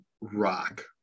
rock